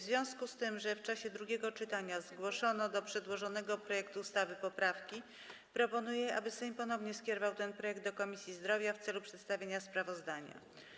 W związku z tym, że w czasie drugiego czytania zgłoszono do przedłożonego projektu ustawy poprawki, proponuję, aby Sejm ponownie skierował ten projekt do Komisji Zdrowia w celu przedstawienia sprawozdania.